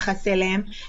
הגשת עתירה בנושא,